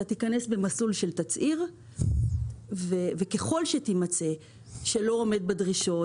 היצרן ייכנס במסלול של תצהיר וככול שהוא יימצא שהוא לא עומד בדרישות,